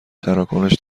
تراکنش